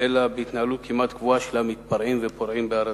אלא בהתנהלות כמעט קבועה של מתפרעים ופורעים בהר-הזיתים.